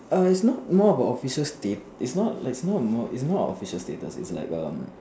err it's not more of a official status it's not it's not more it's not a official status it's like um